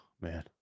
man